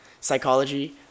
psychology